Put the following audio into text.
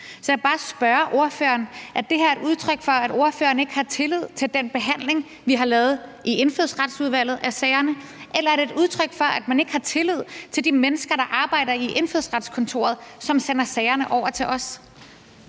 Så jeg vil bare spørge ordføreren: Er det her et udtryk for, at ordføreren ikke har tillid til den behandling, vi har lavet i Indfødsretsudvalget, af sagerne, eller er det et udtryk for, at man ikke har tillid til de mennesker, der arbejder i Indfødsretskontoret, som sender sagerne over til os?